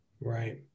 Right